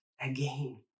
again